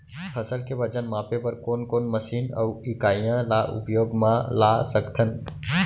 फसल के वजन मापे बर कोन कोन मशीन अऊ इकाइयां ला उपयोग मा ला सकथन?